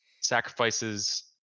sacrifices